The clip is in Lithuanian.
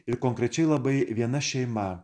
ir konkrečiai labai viena šeima